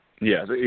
yes